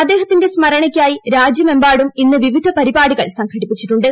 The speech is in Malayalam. അദ്ദേഹത്തിന്റെ സ്മരണയ്ക്കായി രാജ്യമെമ്പാടും ഇന്ന് വിവിധ പരിപാടികൾ സംഘടിപ്പിച്ചിട്ടുണ്ട്